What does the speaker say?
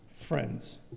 friends